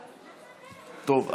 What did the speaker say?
טוב,